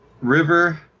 river